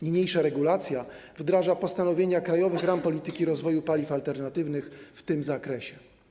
Niniejsza regulacja wdraża postanowienia „Krajowych ram polityki rozwoju infrastruktury paliw alternatywnych” w tym zakresie.